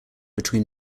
between